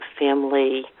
family